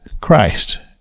Christ